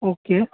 okay